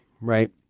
right